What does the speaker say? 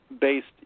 based